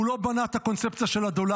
הוא לא בנה את הקונספציה של הדולרים.